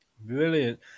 Brilliant